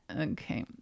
Okay